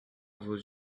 vos